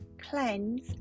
cleanse